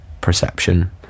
perception